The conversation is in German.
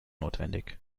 notwendig